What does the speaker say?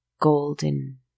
golden